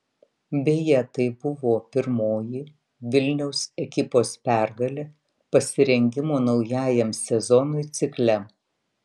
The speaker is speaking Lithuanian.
beje tai buvo pirmojo vilniaus ekipos pergalė pasirengimo naujajam sezonui cikle